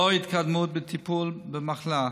לאור ההתקדמות בטיפול במחלה,